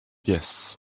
yes